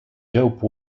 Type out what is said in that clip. dope